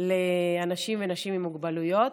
לאנשים ונשים עם מוגבלויות.